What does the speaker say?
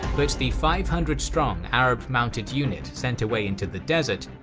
but the five hundred strong arab mounted unit sent away into the desert,